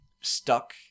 stuck